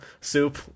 soup